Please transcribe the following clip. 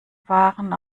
waren